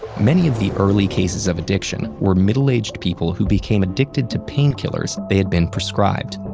many of the early cases of addiction were middle-aged people who became addicted to painkillers they had been prescribed,